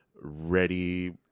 ready